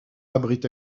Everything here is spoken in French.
abrite